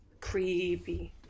Creepy